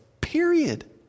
period